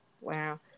Wow